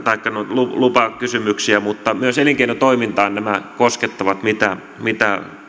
lupakysymyksiä mutta myös elinkeinotoimintaa nämä koskettavat mitä mitä